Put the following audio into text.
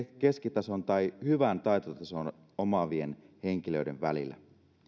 keskitason tai hyvän taitotason omaavien henkilöiden välillä